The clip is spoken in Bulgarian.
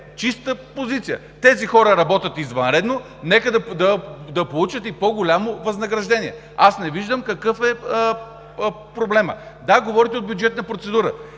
чиста позиция. Тези хора работят извънредно, нека да получат и по-голямо възнаграждение. Аз не виждам какъв е проблемът? Да, говорите за бюджетна процедура.